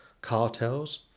cartels